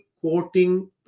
quoting